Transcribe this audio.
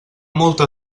molta